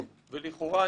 ולכאורה,